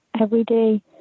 everyday